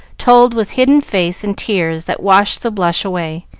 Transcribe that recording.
told with hidden face and tears that washed the blush away,